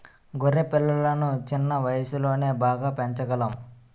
గొర్రె పిల్లలను చిన్న వయసులోనే బాగా పెంచగలం